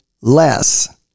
less